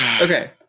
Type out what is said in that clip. okay